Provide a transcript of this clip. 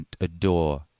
adore